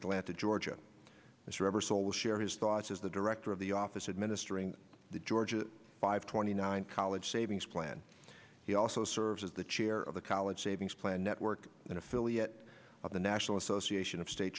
atlanta georgia this rubber soul will share his thoughts as the director of the office administering the georgia five twenty nine college savings plan he also serves as the chair of the college savings plan network an affiliate of the national association of state